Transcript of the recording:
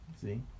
see